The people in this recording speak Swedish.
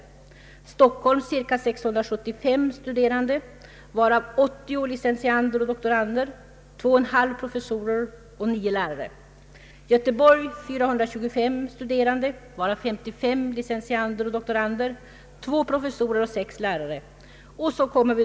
I Stockholm är det cirka 675 studerande varav 80 licentiander och doktorander samt två och en halv professorer och nio lärare. Göteborg har 425 studerande, varav 55 licentiander och doktorander, 2 professorer och 6 lärare.